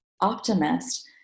optimist